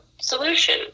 solution